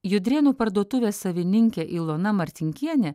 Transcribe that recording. judrėnų parduotuvės savininkė ilona martinkienė